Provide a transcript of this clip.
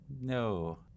no